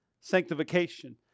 sanctification